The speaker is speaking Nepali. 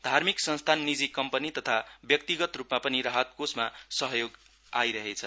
धार्मिक संस्थान नीजि कम्पनी तथा व्यक्तिगत रूपमा पनि राहत कोषमा सहयोग राशी आइरहेछ